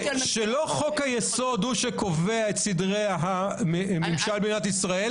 שלא חוק היסוד הוא שקובע את סדרי הממשל במדינת ישראל,